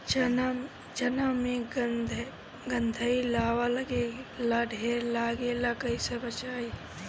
चना मै गधयीलवा लागे ला ढेर लागेला कईसे बचाई?